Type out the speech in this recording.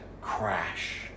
crash